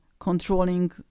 controlling